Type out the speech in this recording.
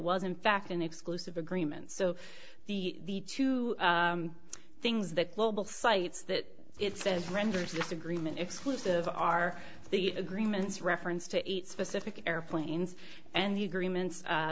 was in fact an exclusive agreement so the two things that global sites that it says renders this agreement exclusive are the agreements reference to eight specific airplanes and the agreements